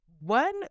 One